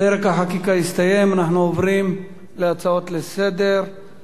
פרק החקיקה הסתיים ואנחנו עוברים להצעות לסדר-היום.